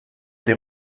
des